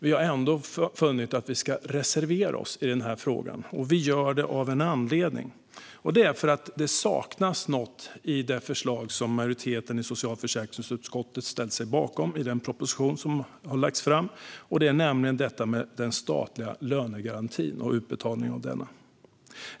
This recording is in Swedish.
Vi har ändå funnit att vi ska reservera oss i denna fråga, och vi gör det av en anledning. Det saknas nämligen något i det förslag som majoriteten i socialförsäkringsutskottet ställt sig bakom vad gäller den proposition som har lagts fram, och det handlar om utbetalningen av den statliga lönegarantin.